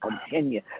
continue